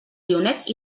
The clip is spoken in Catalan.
guionet